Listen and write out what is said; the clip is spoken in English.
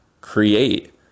create